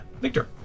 Victor